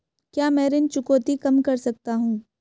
क्या मैं ऋण चुकौती कम कर सकता हूँ?